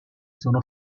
sono